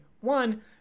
One